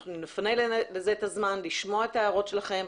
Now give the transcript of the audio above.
אנחנו נפנה לזה את הזמן לשמוע את ההערות שלכם,